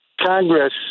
Congress